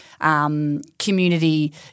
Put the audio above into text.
community